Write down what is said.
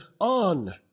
on